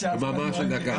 הייתה דממה של דקה.